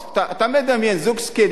אתה מדמיין זוג זקנים,